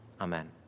Amen